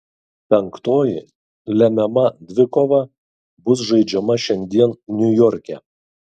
penktoji lemiama dvikova bus žaidžiama šiandien niujorke